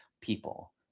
people